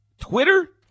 Twitter—